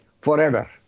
forever